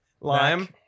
Lime